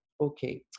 Okay